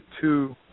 two